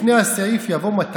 לפני הסעיף יבוא, מטרה: